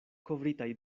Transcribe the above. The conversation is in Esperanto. kovritaj